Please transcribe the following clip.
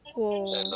oh